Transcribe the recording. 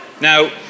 now